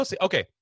Okay